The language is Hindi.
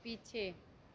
पीछे